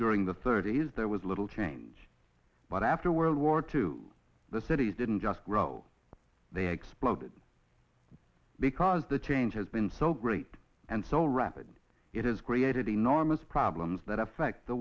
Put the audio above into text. during the thirty's there was little change but after world war two the cities didn't just grow they exploded because the change has been so great and so rapid it has created enormous problems that affect the